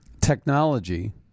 technology